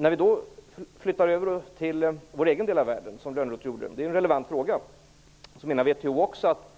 När vi flyttar över till vår egen del av världen, som Lönnroth gjorde, det är en relevant fråga, menar vi då också att